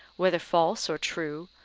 whether false or true,